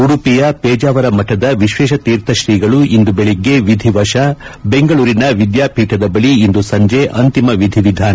ಉಡುಪಿಯ ಪೇಜಾವರ ಮಠದ ವಿಶ್ಲೇಶತೀರ್ಥ ಶ್ರೀಗಳು ಇಂದು ಬೆಳಿಗ್ಗೆ ವಿಧಿವಶ ಬೆಂಗಳೂರಿನ ವಿದ್ಯಾಪೀಠದ ಬಳಿ ಇಂದು ಸಂಜೆ ಅಂತಿಮ ವಿಧಿವಿಧಾನ